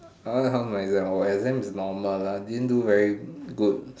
ah how is my exam orh exam is normal lah I didn't do very good